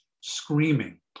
screaming